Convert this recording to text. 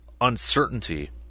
uncertainty